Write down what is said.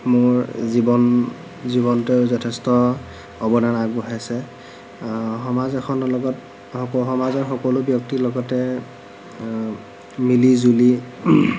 মোৰ জীৱন জীৱনটো যথেষ্ট অৱদান আগবঢ়াইছে সমাজ এখনৰ লগত সমাজৰ সকলো ব্যক্তিৰ লগতে মিলি জুলি